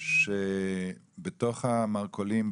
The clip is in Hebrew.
שבתוך המרכולים,